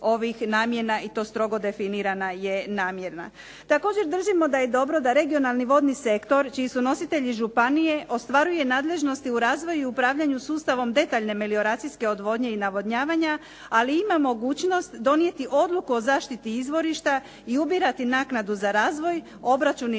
namjena i to strogo definirana je namjena. Također držimo da je dobro da regionalni vodni sektor čiji su nositelji županije, ostvaruje nadležnosti u razvoju i upravljanju sustavom detaljne melioracijske odvodnje i navodnjavanja, ali ima mogućnosti donijeti odluku o zaštiti izvorišta i ubirati naknadu za razvoj, obračun